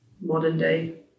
modern-day